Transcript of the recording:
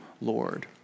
Lord